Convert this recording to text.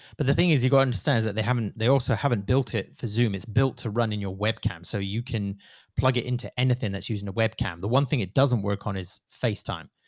but the thing is you've gotta understand is that they haven't, they also haven't built it for zoom. it's built to run in your webcam so you can plug it into anything that's using a webcam. the one thing it doesn't work on is facetime.